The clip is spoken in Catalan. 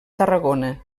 tarragona